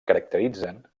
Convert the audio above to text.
caracteritzen